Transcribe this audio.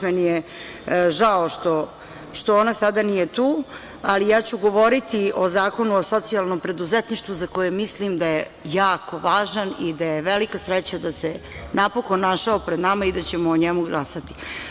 Meni je žao što ona sada nije tu, ali ja ću govoriti o Zakonu o socijalnom preduzetništvu za koji mislim da je jako važan i da je velika sreća da se napokon našao pred nama i da ćemo o njemu glasati.